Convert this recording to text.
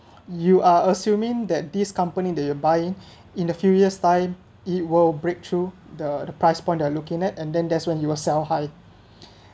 you are assuming that this company that you’re buying in a few years time it will breakthrough the the price point that you’re looking at and then that's when you will sell high